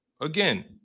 again